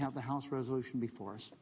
have the house resolution before us